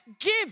give